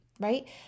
right